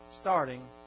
starting